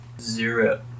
Zero